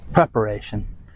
preparation